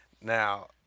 Now